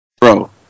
Bro